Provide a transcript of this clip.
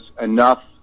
enough